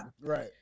Right